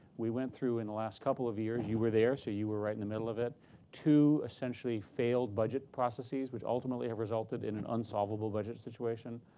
we went through in the last couple of years you were there, so you were right in the middle of it two essentially failed budget processes which ultimately have resulted in an unsolvable budget situation.